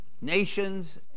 nations